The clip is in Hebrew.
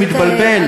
הוא מתבלבל.